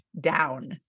down